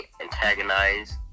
antagonize